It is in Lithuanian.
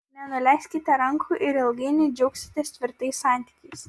nenuleiskite rankų ir ilgainiui džiaugsitės tvirtais santykiais